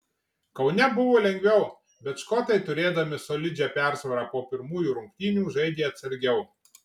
kaune buvo lengviau bet škotai turėdami solidžią persvarą po pirmųjų rungtynių žaidė atsargiau